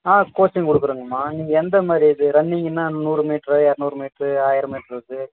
ஆ coaching கொடுக்குறோங்கம்மா நீங்கள் எந்த மாதிரி இது ரன்னிங்கன்னா நூறு மீட்ரு இரநூறு மீட்ரு ஆயிரம் மீட்ரு இருக்குது